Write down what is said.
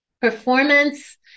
Performance